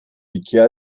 ikea